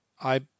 I